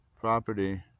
property